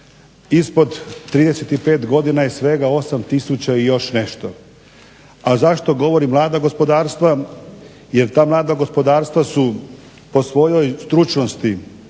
ispod 35 godina je svega osam tisuća i još nešto. A zašto govorim mlada gospodarstva? Jer ta mlada gospodarstva su po svojoj stručnosti,